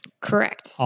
Correct